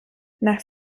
nach